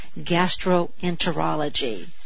Gastroenterology